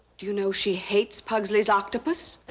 do you know she hates pugsley's octopus?